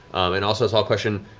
and also saw a question,